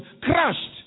crushed